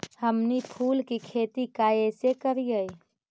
हमनी फूल के खेती काएसे करियय?